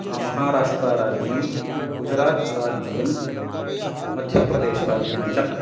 महाराष्ट्राराज्यम् गुजरात् राज्यम् मध्यप्रदेशराज्यञ्च